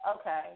okay